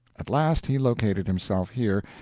at last he located himself here,